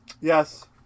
Yes